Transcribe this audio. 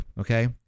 okay